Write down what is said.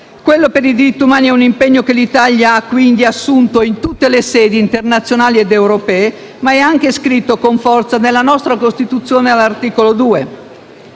Quello per i diritti umani è un impegno che l'Italia ha quindi assunto in tutte le sedi, internazionali ed europee, ma è anche scritto con forza nella nostra Costituzione all'articolo 2;